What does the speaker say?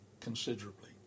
considerably